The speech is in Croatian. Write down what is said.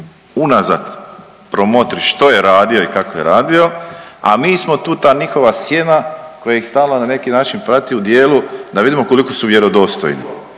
unazad promotri što je radio i kako je radio, a mi smo tu ta njihova sjena koja ih stalno na neki način prati u djelu da vidimo koliko su vjerodostojni